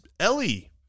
Ellie